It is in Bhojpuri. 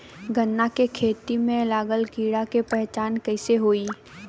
गन्ना के खेती में लागल कीड़ा के पहचान कैसे होयी?